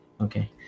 Okay